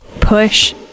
push